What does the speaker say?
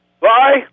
Bye